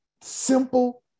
simple